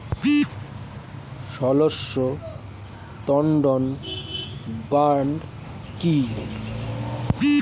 Slash and burn কি?